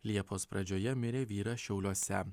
liepos pradžioje mirė vyras šiauliuose